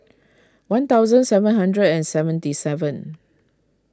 one thousand seven hundred and seventy seven